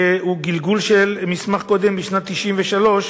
שזה גלגול של מסמך קודם, משנת 1993,